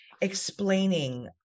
explaining